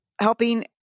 helping